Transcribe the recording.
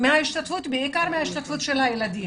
בעיקר מההשתתפות של הילדים,